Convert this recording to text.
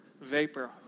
vapor